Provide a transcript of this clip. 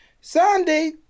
Sunday